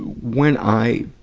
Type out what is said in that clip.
when i,